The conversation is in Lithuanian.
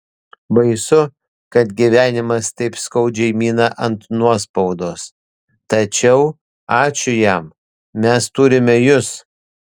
baisu kad gyvenimas taip skaudžiai mina ant nuospaudos tačiau ačiū jam mes turime jus